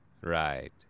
Right